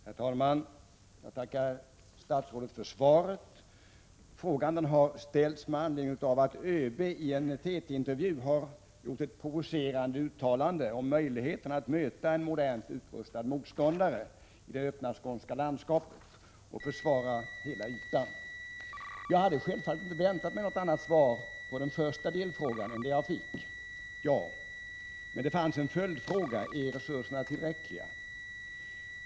Herr talman! Jag tackar statsrådet för svaret. Frågan har ställts med anledning av att ÖB i en TT-intervju har gjort ett provocerande uttalande om möjligheterna att möta en modernt utrustad motståndare i det öppna skånska landskapet och försvara hela ytan. Jag hade självfallet inte väntat mig något annat svar på den första delfrågan än det som jag fick. Men det fanns en följdfråga: Är resurserna tillräckliga?